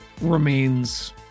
remains